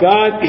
God